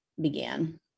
began